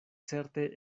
certe